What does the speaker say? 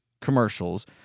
commercials